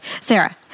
Sarah